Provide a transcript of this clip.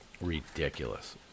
Ridiculous